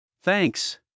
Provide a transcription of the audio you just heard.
Thanks